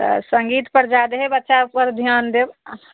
तऽ सङ्गीत पर जादे ही बच्चा पर ध्यान देब